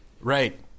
Right